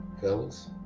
Fellas